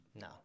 No